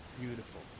beautiful